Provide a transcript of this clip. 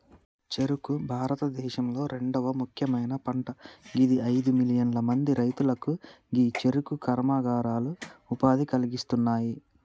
చెఱుకు భారతదేశంలొ రెండవ ముఖ్యమైన పంట గిది అయిదు మిలియన్ల మంది రైతులకు గీ చెఱుకు కర్మాగారాలు ఉపాధి ఇస్తున్నాయి